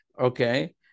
Okay